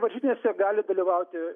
varžytynėse gali dalyvauti